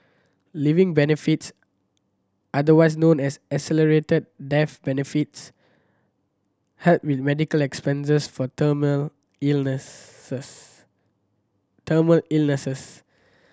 living benefits otherwise known as accelerated death benefits help with medical expenses for terminal illnesses terminal illnesses